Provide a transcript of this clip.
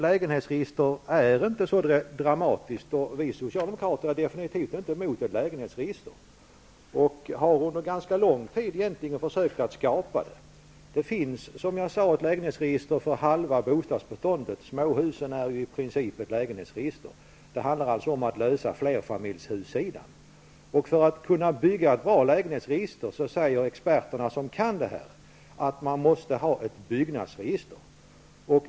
Lägenhetsregister är inte så dramatiskt, och vi socialdemokrater är definitivt inte emot ett lägenhetsregister och har egentligen under ganska lång tid försökt att skapa ett sådant. Det finns, som jag tidigare sade, ett lägenhetsregister för halva bostadsbeståndet. Småhusregistret är ju i princip ett lägenhetsregister. Det handlar alltså om att lösa problemet med flerfamiljshusen. För att kunna bygga upp ett bra lägenhetsregister måste man, säger experter som kan det här, ha ett byggnadsregister.